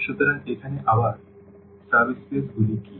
সুতরাং এখানে আবার এখানে সাব স্পেস গুলি কী